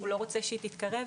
הוא לא רוצה שהיא תתקרב.